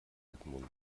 edmund